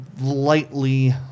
lightly